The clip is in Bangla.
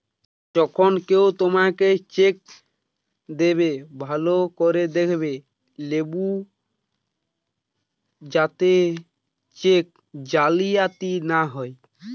যখন কেও তোমাকে চেক দেবে, ভালো করে দেখে লেবু যাতে চেক জালিয়াতি না হয়